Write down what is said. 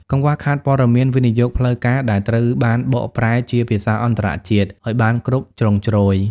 កង្វះខាតព័ត៌មានវិនិយោគផ្លូវការដែលត្រូវបានបកប្រែជាភាសាអន្តរជាតិ ឱ្យបានគ្រប់ជ្រុងជ្រោយ។